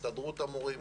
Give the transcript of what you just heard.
גם עם הסתדרות המורים,